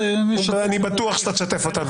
אני בטוח שאתה תשתף אותנו.